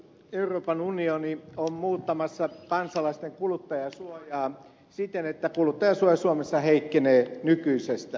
euroopan unioni on muuttamassa kansalaisten kuluttajansuojaa siten että kuluttajansuoja suomessa heikkenee nykyisestä